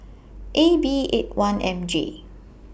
A B eight one M J